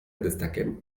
destaquem